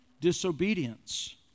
disobedience